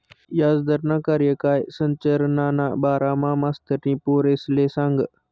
याजदरना कार्यकाय संरचनाना बारामा मास्तरनी पोरेसले सांगं